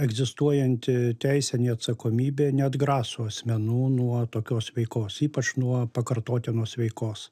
egzistuojanti teisinė atsakomybė neatgraso asmenų nuo tokios veikos ypač nuo pakartotinos veikos